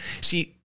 see